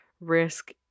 risk